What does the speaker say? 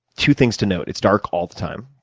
two things to note. it's dark all the time,